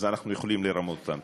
אז אנחנו יכולים לרמות אותם.